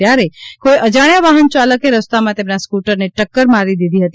ત્યારે કોઈ અજાણ્યા વાહનચાલકે રસ્તામાં તેમના સ્કૂટરને ટક્કર મારીદીધી હતી